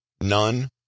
none